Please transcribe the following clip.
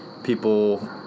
people